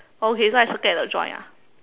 okay so I circle at the joint ah